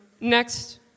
Next